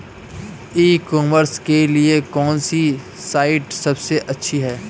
ई commerce के लिए कौनसी साइट सबसे अच्छी है?